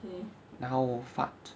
然后 fart